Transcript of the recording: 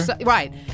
Right